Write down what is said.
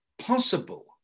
possible